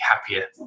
happier